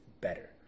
better